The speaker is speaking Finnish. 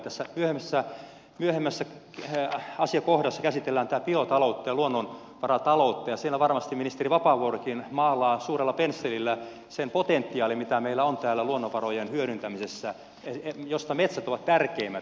tässä myöhemmässä asiakohdassa käsitellään tätä biotaloutta ja luonnonvarataloutta ja siellä varmasti ministeri vapaavuorikin maalaa suurella pensselillä sen potentiaalin mikä meillä on täällä luonnonvarojen hyödyntämisessä joista metsät ovat tärkeimmät